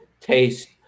taste